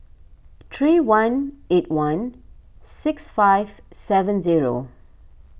three one eight one six five seven zero